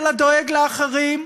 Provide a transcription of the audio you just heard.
אלא דואג לאחרים,